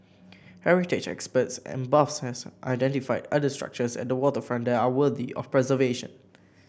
heritage experts and buffs have identified other structures at the waterfront that are worthy of preservation